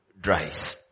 Dries